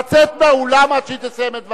לצאת מהאולם עד שהיא תסיים את דברה.